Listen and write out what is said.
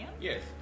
Yes